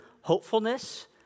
hopefulness